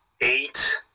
eight